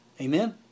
Amen